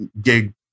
gig